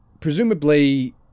presumably